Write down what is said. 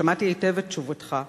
ושמעתי היטב את תשובתך,